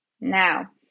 Now